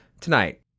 tonight